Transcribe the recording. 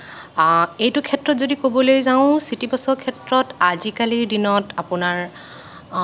এইটো ক্ষেত্ৰত যদি ক'বলৈ যাওঁ চিটিবাছৰ ক্ষেত্ৰত আজিকালিৰ দিনত আপোনাৰ